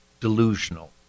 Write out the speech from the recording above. delusional